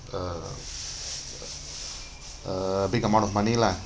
uh uh a big amount of money lah